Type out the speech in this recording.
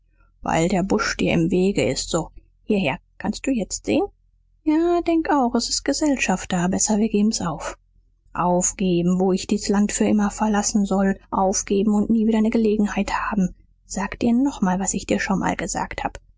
weil der busch dir im wege ist so hierher kannst du jetzt sehn ja denk auch s ist gesellschaft da besser wir geben's auf aufgeben wo ich dies land für immer verlassen soll aufgeben und nie wieder ne gelegenheit haben sag dir nochmal was ich dir schon mal gesagt hab